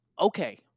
okay